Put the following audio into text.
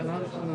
כל אישה,